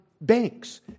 banks